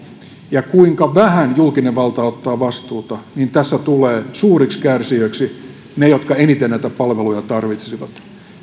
ja kuinka vähän julkinen valta ottaa vastuuta niin tässä tulee suuriksi kärsijöiksi ne jotka eniten näitä palveluja tarvitsisivat